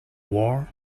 war